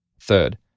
Third